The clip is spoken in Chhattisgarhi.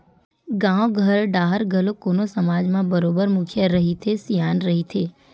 गाँव घर डाहर घलो कोनो समाज म बरोबर मुखिया रहिथे, सियान रहिथे